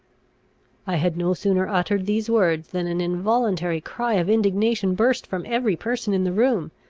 i had no sooner uttered these words, than an involuntary cry of indignation burst from every person in the room.